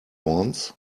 wants